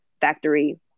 factory